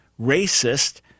racist